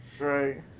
right